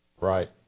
Right